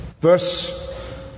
verse